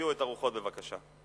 והרגיעו את הרוחות בבקשה.